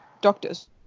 doctor's